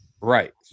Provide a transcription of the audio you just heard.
Right